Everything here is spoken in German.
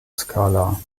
skala